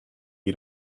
you